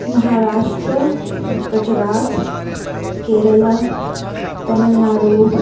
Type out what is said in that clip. Maharashtra Gujarat Kerala Tamil Nadu